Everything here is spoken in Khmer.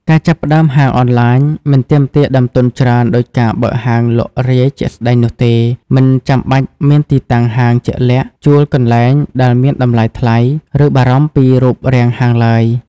ការចាប់ផ្តើមហាងអនឡាញមិនទាមទារដើមទុនច្រើនដូចការបើកហាងលក់រាយជាក់ស្តែងនោះទេ មិនចាំបាច់មានទីតាំងហាងជាក់លាក់ ជួលកន្លែងដែលមានតម្លៃថ្លៃ ឬបារម្ភពីរូបរាងហាងឡើយ។